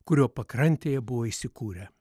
kurio pakrantėje buvo įsikūrę